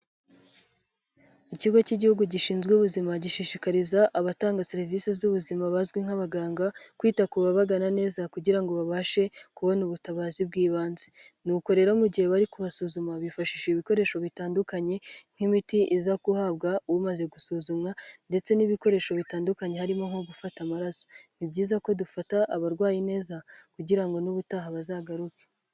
Ikigo cy'igihugu gishinzwe ubuzima, gishishikariza abatanga serivisi z'ubuzima bazwi nk'abaganga kwita ku babagana neza kugira ngo babashe kubona ubutabazi bw'ibanze, ni uko rero mu gihe bari kubasuzuma bifashisha ibikoresho bitandukanye, nk'imiti iza guhabwa umaze gusuzumwa, ndetse n'ibikoresho bitandukanye harimo nko gufata amaraso, ni byiza ko dufata abarwayi neza kugira ngo n'ubutaha bazagaruke.